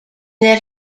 that